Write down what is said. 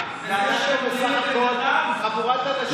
ואנחנו בסך הכול חבורת אנשים,